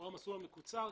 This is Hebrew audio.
הוא המסלול המקוצר,